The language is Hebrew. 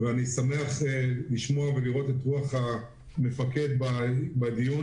אני שמח לשמוע ולראות את רוח המפקד בדיון